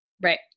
Right